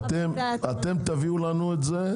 אתם תביאו לנו את זה.